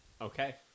Okay